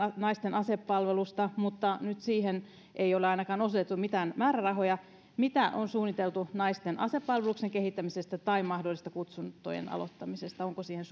naisten asepalvelusta kehitetään mutta nyt siihen ei ole ainakaan osoitettu mitään määrärahoja mitä on suunniteltu naisten asepalveluksen kehittämisestä ja mahdollisten kutsuntojen aloittamisesta onko siihen